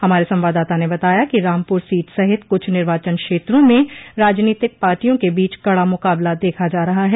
हमारे संवाददाता ने बताया कि रामपुर सीट सहित कुछ निर्वाचन क्षेत्रों में राजनीतिक पार्टियों के बीच कड़ा मुकाबला देखा जा रहा है